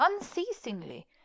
unceasingly